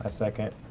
ah second.